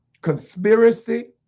conspiracy